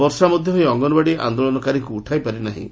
ବର୍ଷା ମଧ୍ଧ ଏହି ଅଙ୍ଗନଓ୍ୱାଡ଼ି ଆନ୍ଦୋଳନକାରୀଙ୍କୁ ଉଠାଇ ପାରିନାହିଁ